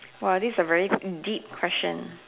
!wah! this is a very in deep question